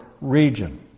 region